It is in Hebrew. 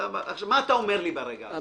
מה אתה אומר לי ברגע הזה?